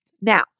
Now